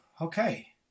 okay